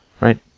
right